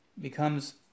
becomes